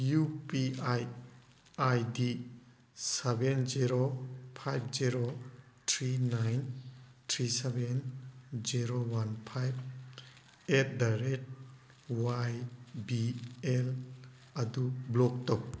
U P I I D seven zero five zero three nine three seven zero one five eight the rate Y B L ꯑꯗꯨ block ꯇꯧ